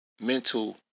mental